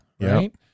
right